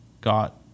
got